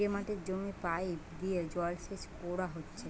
যে মাটিতে জমির পাইপ দিয়ে জলসেচ কোরা হচ্ছে